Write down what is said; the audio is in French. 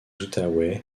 outaouais